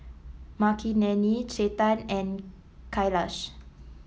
Makineni Chetan and Kailash